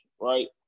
right